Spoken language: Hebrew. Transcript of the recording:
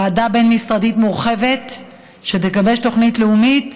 ועדה בין-משרדית מורחבת שתגבש תוכנית לאומית,